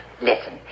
Listen